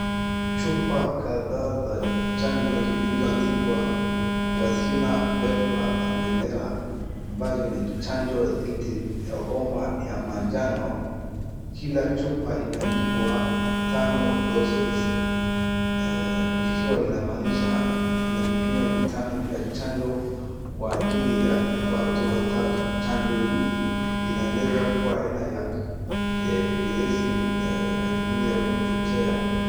Chupa kadha za chanjo zilizoandikwa vacina febre amarela ambayo ni chanjo dhidi ya homa ya majano, kila chupa imendikwa tano doses ikiwa inamaanisha inavipimo vitano vy chanjoo kwaajili ya watu watano. Chanjo hii inaeeneza kua aina ya virusi ajili ya kuchochea.